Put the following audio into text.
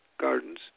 gardens